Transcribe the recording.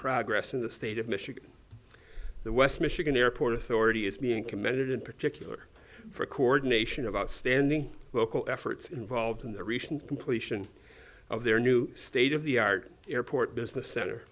progress in the state of michigan the west michigan airport authority is being commended in particular for coordination of outstanding local efforts involved in the recent completion of their new state of the art airport business center